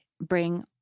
bring